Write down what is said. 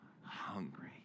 hungry